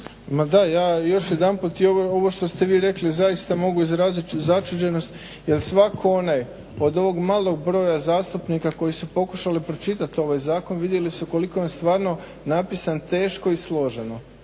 ja još jedanput ovo što ste vi rekli zaista mogu izraziti začuđenost jel svatko onaj od ovog malog broja zastupnika koji su pokušali pročitati ovaj zakon vidjeli su koliko je on stvarno napisan teško i složeno